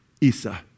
Isa